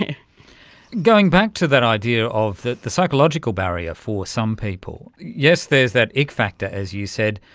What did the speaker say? ah going back to that idea of the the psychological barrier for some people. yes, there's that ick factor, as you said.